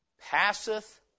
Passeth